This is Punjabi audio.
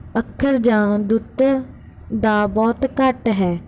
ਅੱਖਰ ਜਾਂ ਦੁੱਤ ਦਾ ਬਹੁਤ ਘੱਟ ਹੈ